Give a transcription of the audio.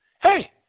Hey